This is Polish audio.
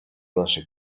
naszej